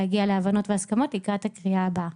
להגיע להבנות והסכמות לקראת הקריאה הבאה.